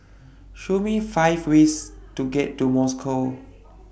Show Me five ways to get to Moscow